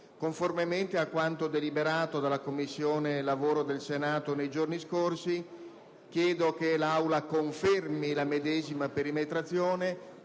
Conformemente a quanto deliberato dalle Commissioni riunite del Senato nei giorni scorsi, chiedo che l'Aula confermi la medesima perimetrazione